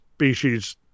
species